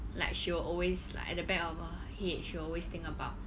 like she will always like at the back of her head she will always think about